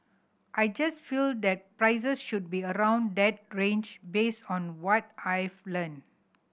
i just feel that prices should be around that range based on what I've heard